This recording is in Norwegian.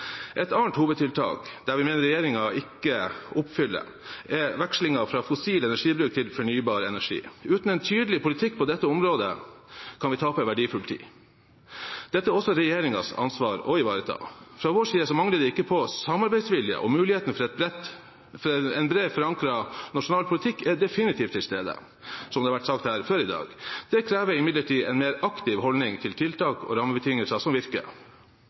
Et annet hovedtiltak, der vi mener regjeringen ikke oppfyller, er vekslingen fra fossil energibruk til fornybar energi. Uten en tydelig politikk på dette området kan vi tape verdifull tid. Dette er også regjeringens ansvar å ivareta. Fra vår side mangler det ikke på samarbeidsvilje, og muligheten for en bredt forankret nasjonal politikk er definitivt til stede, som det har vært sagt her før i dag. Det krever imidlertid en mer aktiv holdning til tiltak og rammebetingelser som virker.